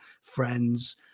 friends